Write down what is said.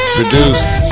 produced